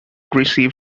received